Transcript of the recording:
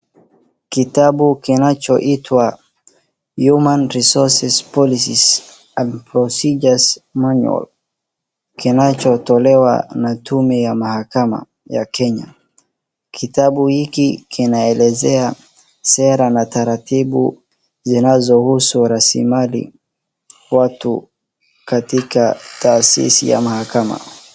Kitabu kinachoitwa Human Resources Policies and Procedures Manual kinachotolewa na tume ya mahakama ya Kenya. Kitabu hiki kinaelezea sera na taratibu zinazohusu rasili mali, watu katika taasisi ya mahakama.